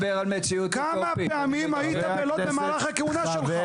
כמה פעמים היית בלוד במהלך הכהונה שלך?